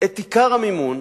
את עיקר המימון,